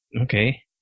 Okay